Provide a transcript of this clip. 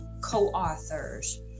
co-authors